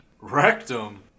Rectum